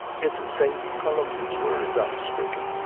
it's st. columbian's words i'm spakin'.